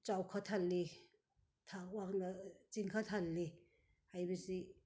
ꯆꯥꯎꯈꯠꯍꯜꯂꯤ ꯊꯥꯛ ꯋꯥꯡꯅ ꯆꯤꯡꯈꯠꯍꯜꯂꯤ ꯍꯥꯏꯕꯁꯤ